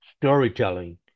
storytelling